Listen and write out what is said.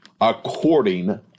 according